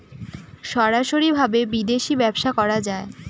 সরাসরি ভাবে বিদেশী ব্যবসা করা যায়